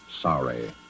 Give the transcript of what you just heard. sorry